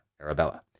Arabella